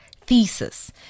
thesis